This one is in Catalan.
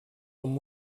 amb